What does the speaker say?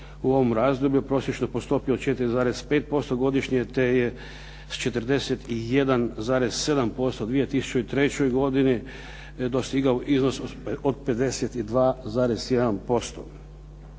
u ovom razdoblju prosječno po stoji od 4,5% godišnje te je s 41,7% 2003. godini dostigao iznos od 52,1%.